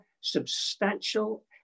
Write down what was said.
substantial